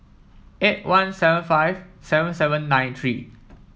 eight one seven five seven seven nine three